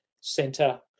center